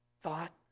thought